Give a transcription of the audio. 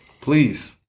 Please